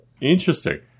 Interesting